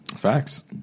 facts